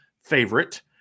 favorite